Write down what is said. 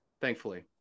thankfully